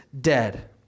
dead